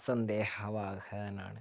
സന്ദേഹവാഹകനാണ്